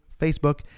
Facebook